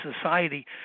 society